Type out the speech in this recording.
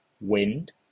wind